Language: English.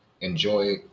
enjoy